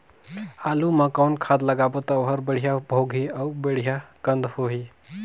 आलू मा कौन खाद लगाबो ता ओहार बेडिया भोगही अउ बेडिया कन्द होही?